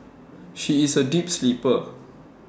she is A deep sleeper